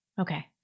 Okay